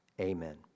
Amen